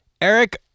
Eric